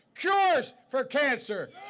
cures for cancer!